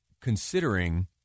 considering